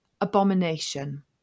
Abomination